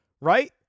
Right